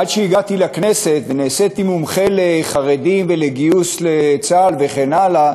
עד שהגעתי לכנסת ונעשיתי מומחה לחרדים ולגיוס לצה"ל וכן הלאה,